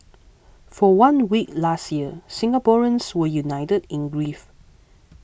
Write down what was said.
for one week last year Singaporeans were united in grief